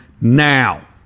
now